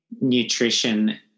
nutrition